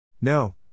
No